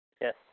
Yes